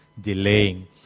delaying